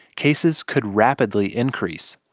cases could rapidly increase.